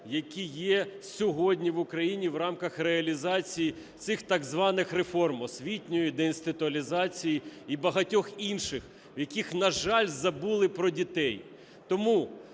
які є сьогодні в України і в рамках реалізації цих так званих реформ – освітньої, деінституалізації і багатьох інших, в яких, на жаль, забули про дітей.